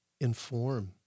inform